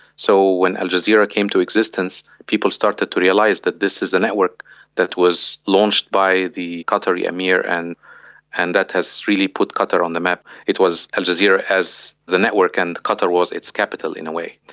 so when al jazeera came to existence, people started to realise that this is a network that was launched by the qatari emir and and that has really put qatar on the map. it was al jazeera as the network and qatar was its capital, in a way.